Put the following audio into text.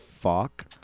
fuck